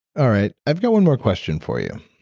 all right, i've got one more question for you,